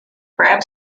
crab